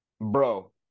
Bro